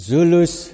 Zulus